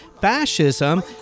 fascism